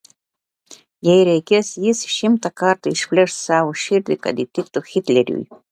jei reikės jis šimtą kartų išplėš savo širdį kad įtiktų hitleriui